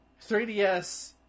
3ds